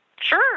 Sure